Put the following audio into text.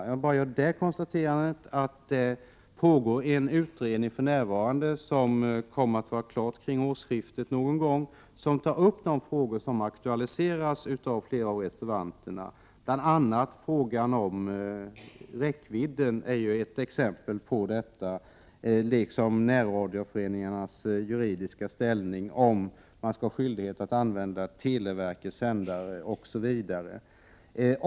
Jag vill bara göra det konstaterandet att det för närvarande pågår en utredning som kommer att vara klar någon gång kring årsskiftet och som tar upp de frågor som aktualiseras av flera av reservanterna. Frågan om räckvidden är ett exempel — Prot. 1988/89:103 på detta liksom frågan om närradioföreningarnas juridiska ställning och 25 april 1989 frågan om man skall ha skyldighet att använda televerkets sändare.